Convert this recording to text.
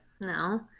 No